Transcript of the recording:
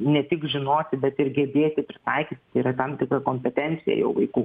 ne tik žinoti bet ir gebėti pritaikyti tai yra tam tikra kompetencija jau vaikų